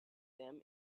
them